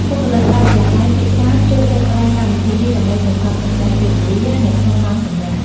បុគ្គលិកការិយាល័យភាគច្រើនចូលចិត្តប្រើកម្មវិធីនេះ ដើម្បីសន្សំសំចៃពេលវេលានៅក្នុងម៉ោងសម្រាក។